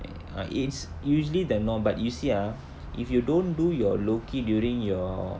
ah it's usually that long but you see ah if you don't do your low key during your